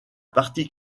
parti